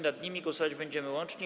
Nad nimi głosować będziemy łącznie.